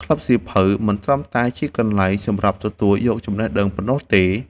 ក្លឹបសៀវភៅមិនត្រឹមតែជាកន្លែងសម្រាប់ទទួលយកចំណេះដឹងប៉ុណ្ណោះទេ។